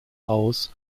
aus